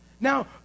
Now